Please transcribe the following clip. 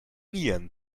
nieren